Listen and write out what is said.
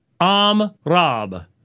Amrab